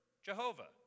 Jehovah